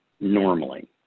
normally